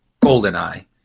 GoldenEye